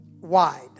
wide